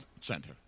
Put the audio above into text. center